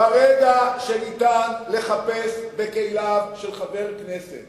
ברגע שניתן לחפש בכליו של חבר כנסת